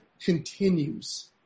continues